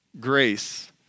grace